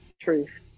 truth